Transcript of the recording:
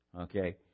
okay